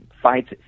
fights